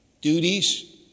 duties